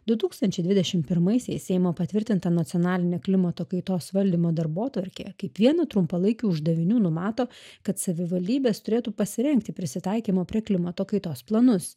du tūkstančiai dvidešim pirmaisiais seimo patvirtinta nacionalinė klimato kaitos valdymo darbotvarkė kaip vieną trumpalaikių uždavinių numato kad savivaldybės turėtų pasirengti prisitaikymo prie klimato kaitos planus